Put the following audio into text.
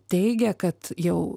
teigia kad jau